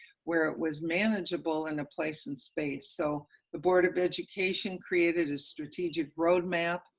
where it was manageable in place and space, so the board of education created a strategic roadmap.